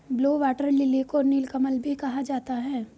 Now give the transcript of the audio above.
blue water lily को नीलकमल भी कहा जाता है